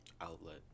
outlet